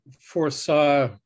foresaw